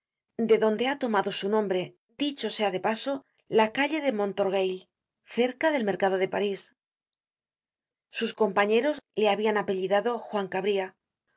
de donde ha tomado su nombre dicho sea de paso la calle de molit content from google book search generated at orgueil cerca del mercado de parís sus compañeros le habian apellidado juan cabria